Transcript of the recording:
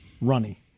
Runny